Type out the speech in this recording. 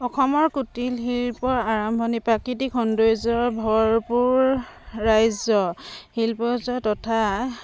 অসমৰ কুটিল শিল্প আৰম্ভণিৰপৰা প্ৰাকৃতিক সৌন্দৰ্যৰে ভৰপূৰ ৰাজ্য শিল্পজাত তথা